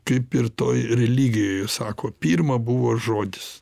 kaip ir toj religijoje sako pirma buvo žodis